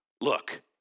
Look